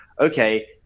okay